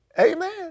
Amen